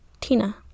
Tina